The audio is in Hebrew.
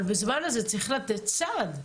אבל בזמן הזה צריך לתת סעד.